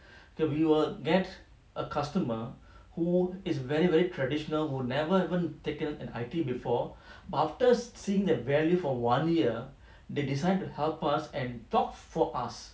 that we will get a customer who is very very traditional who never even taken an I_T before but after seeing the value for one year they decided to help us and talk for us